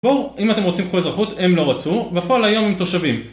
בואו אם אתם רוצים קחו אזרחות, הם לא רצו, ובפועל היום עם תושבים